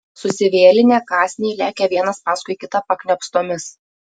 susivėlinę kąsniai lekia vienas paskui kitą pakniopstomis